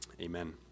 Amen